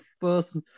first